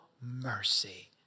mercy